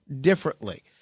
differently